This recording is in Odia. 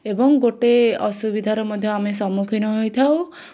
ଏବଂ ଗୋଟେ ଅସୁବିଧାର ମଧ୍ୟ ଆମେ ସମ୍ମୁଖୀନ ହୋଇଥାଉ